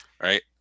Right